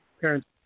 parents